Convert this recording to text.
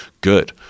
good